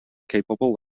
capable